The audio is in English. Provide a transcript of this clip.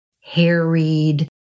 harried